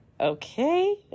okay